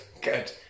good